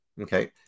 Okay